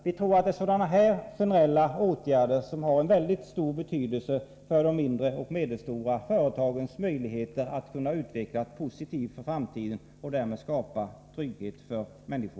Vi tror att sådana generella åtgärder har en mycket stor betydelse för de mindre och medelstora företagens möjligheter att utvecklas positivt i framtiden och därmed skapa ytterligare sysselsättning.